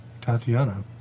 Tatiana